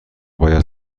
باید